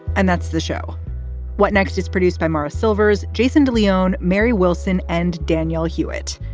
and that's the show what next is produced by maura silvers, jason de leon, mary wilson and danielle hewitt.